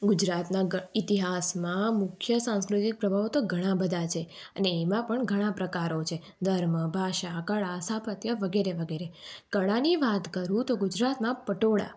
ગુજરાત નગર ઇતિહાસમાં મુખ્ય સંસ્કૃતિ પ્રભાવો તો ઘણા બધા છે અને એમાં પણ ઘણા પ્રકારો છે ધર્મ ભાષા કળા સ્થાપત્ય વગેરે વગેરે કળાની વાત કરું તો ગુજરાતમાં પટોળા